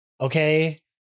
okay